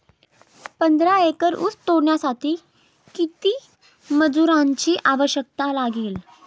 पंधरा एकर ऊस तोडण्यासाठी किती मजुरांची आवश्यकता लागेल?